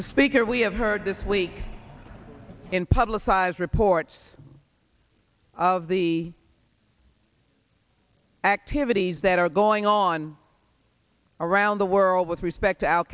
the speaker we have heard this week in publicized reports of the activities that are going on around the world with respect to al